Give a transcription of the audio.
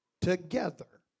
together